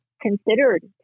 considered